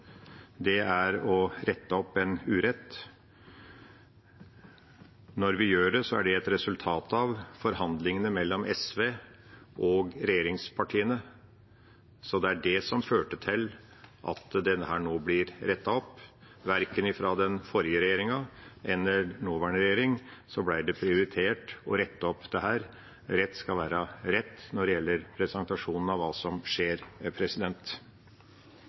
Det vi nå gjør, er å rette opp en urett. Når vi gjør det, er det et resultat av forhandlingene mellom SV og regjeringspartiene. Det er det som førte til at det nå blir rettet opp. Verken av den forrige regjeringen eller under nåværende regjering ble det prioritert å rette opp dette. Rett skal være rett når det gjelder presentasjonen av hva som skjer.